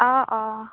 অঁ অঁ